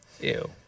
Ew